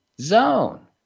zone